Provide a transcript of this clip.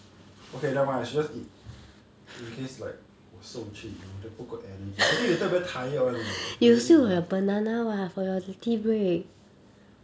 okay nevermind I should just eat in case like 我瘦去 then 不够 energy I think later very tired [one] leh if I never eat enough okay never mind you just in case like was so cheap you know the of energy edit the talk very tired already leh haven't eat enough